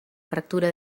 fractura